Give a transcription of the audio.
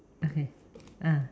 okay ah